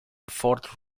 fort